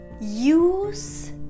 Use